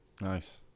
Nice